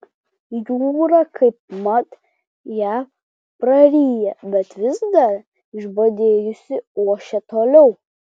jūra kaipmat ją praryja bet vis dar išbadėjusi ošia toliau